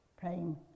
praying